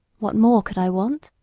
what more could i want?